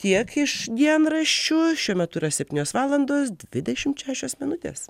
tiek iš dienraščių šiuo metu yra septynios valandos dvidešimt šešios minutės